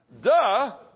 Duh